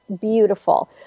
beautiful